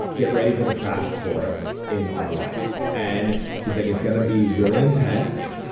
get ready for the crash course in our life. and he's like, it's going to be really intense,